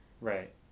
Right